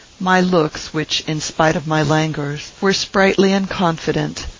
my looks, which, in spite of my languors, were sprightly and confident,